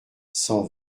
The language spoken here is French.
cent